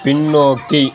பின்னோக்கி